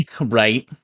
right